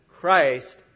Christ